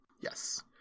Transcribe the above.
yes